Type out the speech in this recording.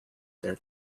their